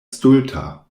stulta